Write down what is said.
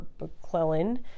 McClellan